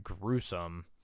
gruesome